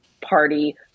Party